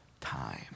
time